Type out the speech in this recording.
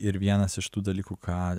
ir vienas iš tų dalykų ką